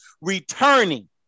returning